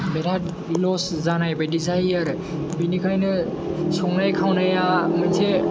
बेराद लस जानाय बायदि जायो आरो बेनिखायनो संनाय खावनाया मोनसे